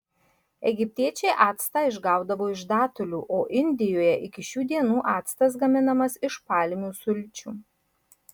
egiptiečiai actą išgaudavo iš datulių o indijoje iki šių dienų actas gaminamas iš palmių sulčių